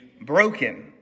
broken